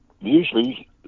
Usually